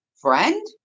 friend